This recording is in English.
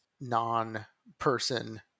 non-person